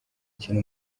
gukina